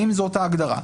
האם זו אותה הגדרה?